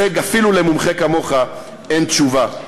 על זה אפילו למומחה כמוך אין תשובה.